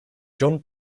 john